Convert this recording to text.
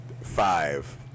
Five